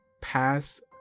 pass